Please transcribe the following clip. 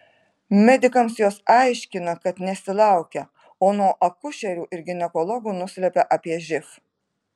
medikams jos aiškina kad nesilaukia o nuo akušerių ir ginekologų nuslepia apie živ